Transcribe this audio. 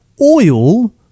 oil